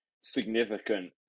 significant